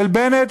של בנט,